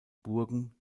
burgen